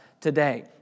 today